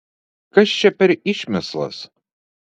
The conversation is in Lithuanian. kas čia per išmislas